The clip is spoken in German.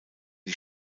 die